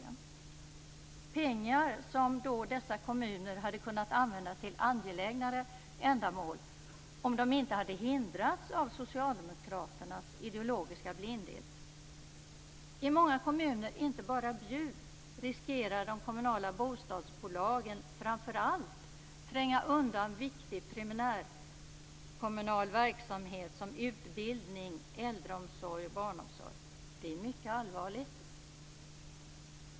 Det är pengar som dessa kommuner hade kunnat använda till angelägnare ändamål, om de inte hade hindrats av Socialdemokraternas ideologiska blindhet. I många kommuner, inte bara i Bjuv, riskerar de kommunala bostadsbolagen framför allt att tränga undan viktig primärkommunal verksamhet som utbildning, äldreomsorg och barnomsorg. Detta är mycket allvarligt.